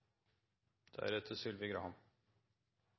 representanten Sylvi Graham